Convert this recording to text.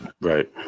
right